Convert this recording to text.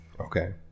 okay